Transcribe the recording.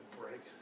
break